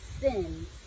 sins